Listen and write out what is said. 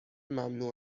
ممنوع